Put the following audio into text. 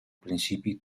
principi